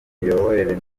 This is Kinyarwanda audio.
imiyoborere